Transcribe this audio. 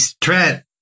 Trent